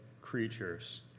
creatures